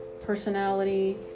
personality